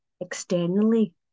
externally